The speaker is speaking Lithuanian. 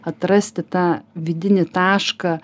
atrasti tą vidinį tašką